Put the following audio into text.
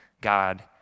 God